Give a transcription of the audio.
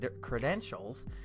credentials